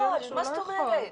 הוא יכול, מה זאת אומרת?